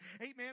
amen